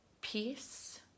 peace